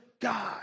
God